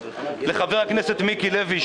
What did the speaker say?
לחבר הכנסת מיקי לוי,